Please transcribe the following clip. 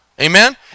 amen